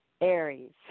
Aries